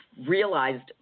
realized